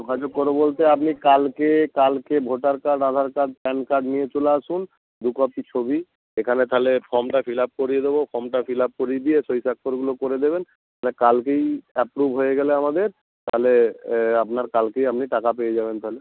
যোগাযোগ করবো বলতে আপনি কালকে কালকে voter card Aadhaar card PAN card নিয়ে চলে আসুন দু কপি ছবি এখানে তাহলে ফমটা ফিলাপ করিয়ে দেবো ফমটা ফিলাপ করিয়ে দিয়ে সই স্বাক্ষরগুলো করে দেবেন কালকেই অ্যাপ্রুভ হয়ে গেলে আমাদের তাহলে আপনার কালকেই আপনি টাকা পেয়ে যাবেন তাহলে